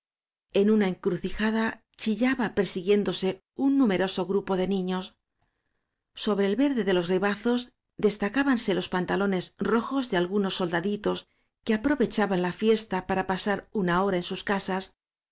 en una encrucijada chillaba persiguiéndose un nume roso grupo de niños sobre el verde de los ribazos destácanse los pantalones rojos de algu nos soldaditos que aprovechaban la fiesta para pasar una hora en sus casas